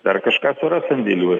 dar kažką suras sandėliuoj